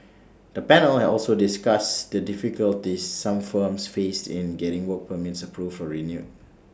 the panel also discussed the difficulties some firms faced in getting work permits approved or renewed